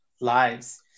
lives